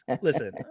Listen